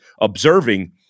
observing